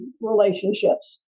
relationships